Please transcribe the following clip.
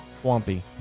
Swampy